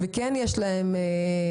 תיקונים שכן יש להם משמעות